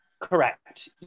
Correct